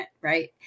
Right